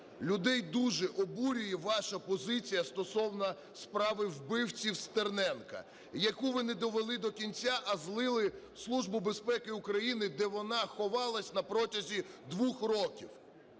Людей дуже обурює ваша позиція стосовно справи вбивці Стерненка, яку ви не довели до кінця, а "злили" в Службу безпеки України, де вона ховалася на протязі двох років.